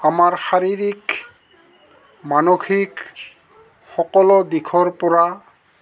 আমাৰ শাৰীৰিক মানসিক সকলো দিশৰপৰা